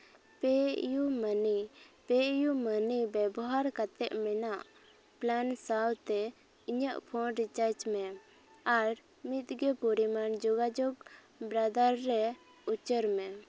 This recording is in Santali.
ᱯᱮ ᱤᱭᱩ ᱢᱟᱹᱱᱤ ᱯᱮ ᱤᱭᱩ ᱢᱟᱹᱱᱤ ᱵᱮᱵᱚᱦᱟᱨ ᱠᱟᱛᱮ ᱢᱮᱱᱟᱜ ᱯᱞᱮᱱ ᱥᱟᱶᱛᱮ ᱤᱧᱟᱹᱜ ᱯᱷᱳᱱ ᱨᱤᱪᱟᱨᱡᱽ ᱢᱮ ᱟᱨ ᱱᱤᱛ ᱜᱮ ᱯᱚᱨᱤᱢᱟᱱ ᱡᱚᱜᱟᱡᱳᱜᱽ ᱵᱨᱟᱫᱟᱨ ᱢᱮ ᱩᱪᱟᱹᱲ ᱢᱮ